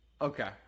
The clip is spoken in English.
Okay